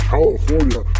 California